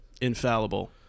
infallible